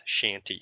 shanty